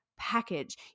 package